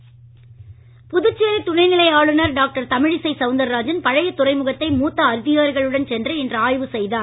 துணை நிலை ஆளுனர் புதுச்சேரி துணை நிலை ஆளுனர் டாக்டர் தமிழிசை சவுந்தராஜன் பழைய துறைமுகத்தை மூத்த அதிகாரிகளுடன் சென்று இன்று ஆய்வு செய்தார்